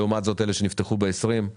לעומת זאת, אלה שנפתחו בשנת 2020,